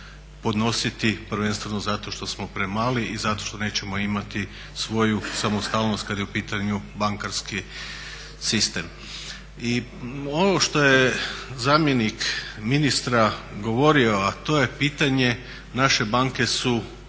podnositi, prvenstveno zato što smo premali i zato što nećemo imati svoju samostalnost kad je u pitanju bankarski sistem. I ono što je zamjenik ministra govorio, a to je pitanje, naše banke su